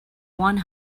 one